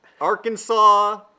Arkansas